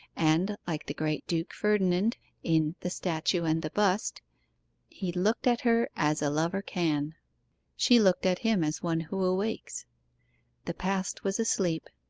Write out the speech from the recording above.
and, like the great duke ferdinand in the statue and the bust' he looked at her as a lover can she looked at him as one who awakes the past was a sleep,